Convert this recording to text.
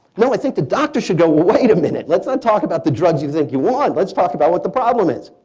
no. i think the doctor should go, wait a minute, let's not talk about the drugs you think you want, let's talk about what the problem is.